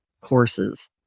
courses